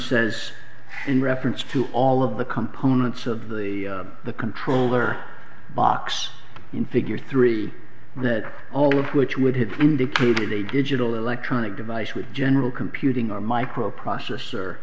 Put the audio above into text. says in reference to all of the components of the the controller box in figure three that all of which would have indicated a digital electronic device with general computing or microprocessor